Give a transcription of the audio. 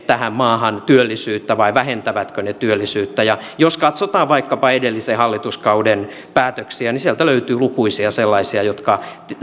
tähän maahan työllisyyttä vai vähentääkö se työllisyyttä jos katsotaan vaikkapa edellisen hallituskauden päätöksiä niin sieltä löytyy lukuisia sellaisia jotka